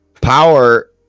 Power